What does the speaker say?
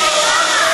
אוהו.